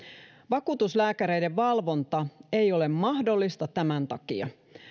vakuutuslääkäreiden valvonta ei ole mahdollista tämän takia